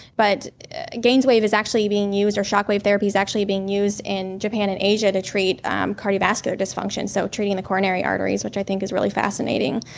but gainswave is actually being used, or shock wave therapy is actually being used, in japan and asia to treat um cardiovascular dysfunction, so treating the coronary arteries which i think is really fascinating.